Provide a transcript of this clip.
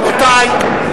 רבותי,